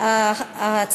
בקריאה ראשונה.